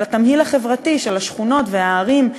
על התמהיל החברתי של השכונות והערים.